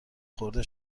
خورده